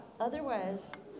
Otherwise